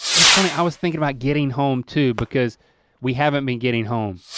it's funny, i was thinking about getting home too, because we haven't been getting home.